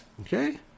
Okay